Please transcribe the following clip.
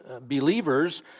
believers